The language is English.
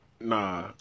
Nah